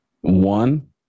One